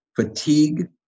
fatigue